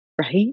right